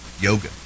yoga